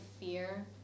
fear